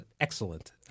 excellent